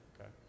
okay